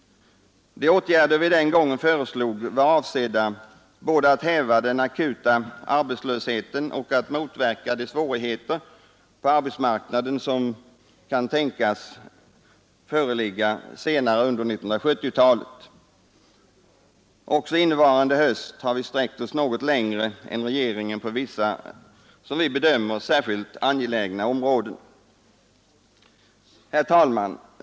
De åtgärder vi den gången föreslog var avsedda både att häva den akuta arbetslösheten och att motverka de svårigheter på arbetsmarknaden som kan tänkas föreligga senare under 1970-talet. Också innevarande höst har vi sträckt oss något längre än regeringen på vissa, som vi bedömer det, särskilt angelägna områden. Herr talman!